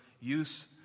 use